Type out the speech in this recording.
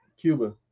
Cuba